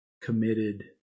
committed